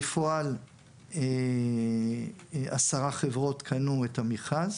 בפועל עשר חברות קנו את המכרז.